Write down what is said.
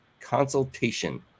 consultation